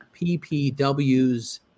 PPW's